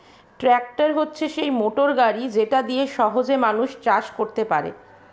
tractor হচ্ছে সেই motor গাড়ি যেটা দিয়ে সহজে মানুষ চাষ করতে পারে